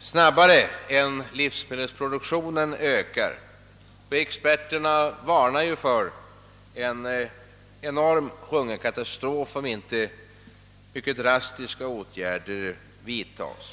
snabbare än livsmedelsproduktionens tillväxt. Experterna varnar för en enorm hungerkatastrof, om inte mycket drastiska åtgärder vidtas.